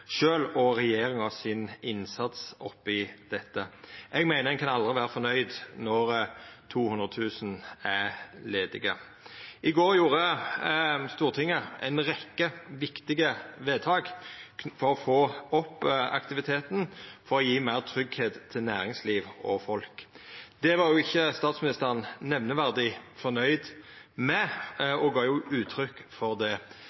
dette. Eg meiner ein aldri kan vera fornøgd når 200 000 er ledige. I går gjorde Stortinget ei rekkje viktige vedtak for å få opp aktiviteten og for å gje meir tryggleik til næringsliv og folk. Det var ikkje statsministeren nemneverdig fornøgd med og gav uttrykk for det.